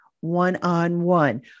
one-on-one